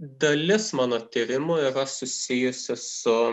dalis mano tyrimų yra susijusi su